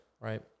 right